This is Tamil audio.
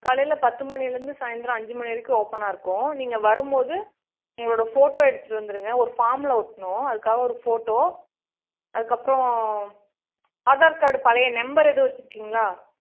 காலையில் பத்து மணியிலிருந்து சாயந்தரம் அஞ்சு மணி வரைக்கும் ஓப்பனாக இருக்கும் நீங்கள் வரும்போது உங்களோடய ஃபோட்டோ எடுத்துகிட்டு வந்துடுங்க ஒரு ஃபார்மில் ஒட்டணும் அதுக்காக ஒரு ஃபோட்டோ அதுக்கப்புறோம் ஆதார் கார்டு பழைய நெம்பர் எதுவும் வெச்சுருக்கீங்களா